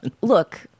look